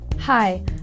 Hi